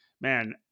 man